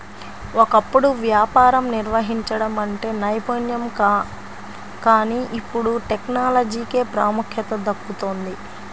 ఒకప్పుడు వ్యాపారం నిర్వహించడం అంటే నైపుణ్యం కానీ ఇప్పుడు టెక్నాలజీకే ప్రాముఖ్యత దక్కుతోంది